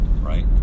Right